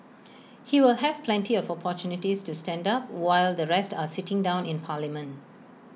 he will have plenty of opportunities to stand up while the rest are sitting down in parliament